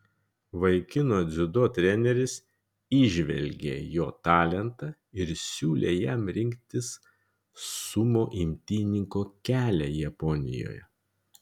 vaikino dziudo treneris įžvelgė jo talentą ir siūlė jam rinktis sumo imtynininko kelią japonijoje